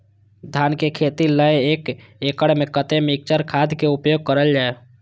धान के खेती लय एक एकड़ में कते मिक्चर खाद के उपयोग करल जाय?